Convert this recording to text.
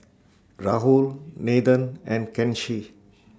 Rahul Nathan and Kanshi